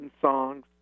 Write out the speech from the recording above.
songs